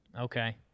Okay